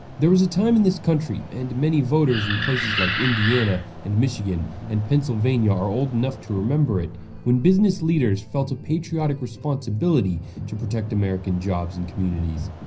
there was a time in this country and many voters in places like indiana and michigan and pennsylvania are old enough to remember it when business leaders felt a patriotic responsibility to protect american jobs and communities.